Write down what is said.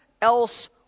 else